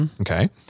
okay